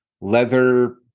leather